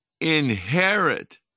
inherit